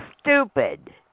stupid